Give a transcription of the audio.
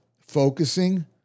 focusing